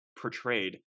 portrayed